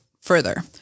further